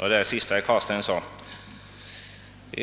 herr Carlsteins senaste yttrande uppkallade mig på nytt.